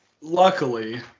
luckily